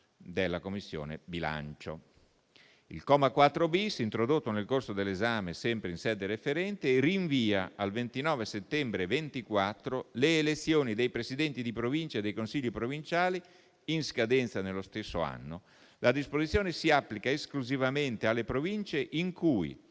della Costituzione. Il comma 4-*bis*, introdotto nel corso dell'esame in sede referente, rinvia al 29 settembre 2024 le elezioni dei presidenti di Provincia e dei consigli provinciali in scadenza nello stesso anno. La disposizione si applica esclusivamente alle Province in cui